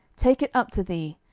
take it up to thee.